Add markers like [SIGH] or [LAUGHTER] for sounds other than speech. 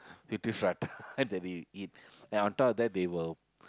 fifty prata [LAUGHS] that you eat then on top of that they will